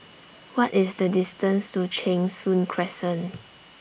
What IS The distance to Cheng Soon Crescent